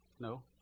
no